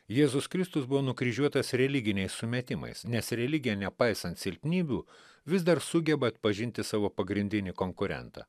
jėzus kristus buvo nukryžiuotas religiniais sumetimais nes religija nepaisant silpnybių vis dar sugeba atpažinti savo pagrindinį konkurentą